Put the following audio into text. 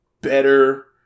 better